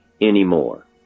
anymore